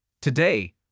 Today